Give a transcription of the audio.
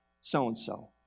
so-and-so